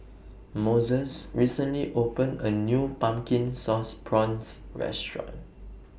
Moses recently opened A New Pumpkin Sauce Prawns Restaurant